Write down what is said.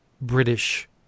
British